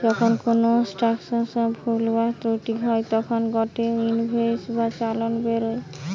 যখন কোনো ট্রান্সাকশনে ভুল বা ত্রুটি হই তখন গটে ইনভয়েস বা চালান বেরোয়